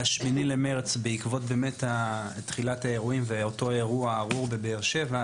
ב-8 במרץ בעקבות תחילת האירועים ואותו אירוע ארור בבאר שבע,